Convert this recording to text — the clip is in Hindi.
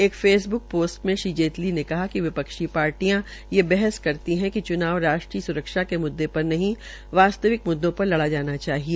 एक फेसब्क पोस्ट मे श्री जेटली ने कहा कि विपक्षी पार्टियां ये बहस करती है कि च्नाव राष्ट्रीय स्रक्षा के मुद्दे पर नहीं वास्तविक मुद्दों पर लड़ा जाना चाहिए